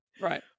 Right